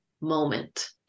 moment